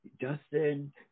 Justin